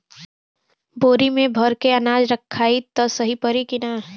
बोरी में भर के अनाज रखायी त सही परी की ना?